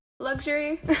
luxury